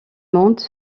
mondes